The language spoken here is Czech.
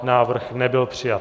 Návrh nebyl přijat.